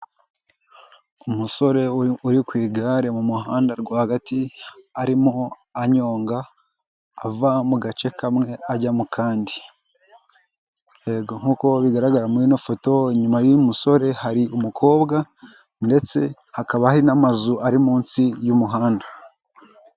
Umusore uri ku igare mu muhanda rwagati, arimo anyonga ava mu gace kamwe ajya mu kandigaragara, yego nk'uko bigararagara muri ino foto, inyuma y'uyu musore hari umukobwa, ndetse hakaba n'amazu ari munsi y'umuhanda.